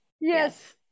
Yes